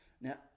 Now